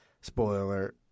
spoiler